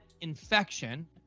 infection